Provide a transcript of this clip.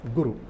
Guru